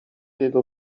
jego